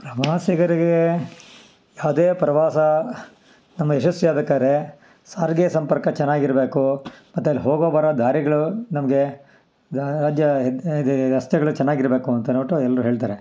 ಪ್ರವಾಸಿಗರಿಗೆ ಯಾವುದೇ ಪ್ರವಾಸ ಒಂದು ಯಶಸ್ವಿ ಆಗ್ಬೇಕಾರೆ ಸಾರಿಗೆ ಸಂಪರ್ಕ ಚೆನ್ನಾಗಿರ್ಬೇಕು ಮತ್ತು ಅಲ್ಲಿ ಹೋಗೋ ಬರೋ ದಾರಿಗಳು ನಮಗೆ ರಸ್ತೆಗಳು ಚೆನ್ನಾಗಿರ್ಬೇಕು ಅಂತನ್ಬಿಟ್ಟು ಎಲ್ಲರೂ ಹೇಳ್ತಾರೆ